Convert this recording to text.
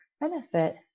benefit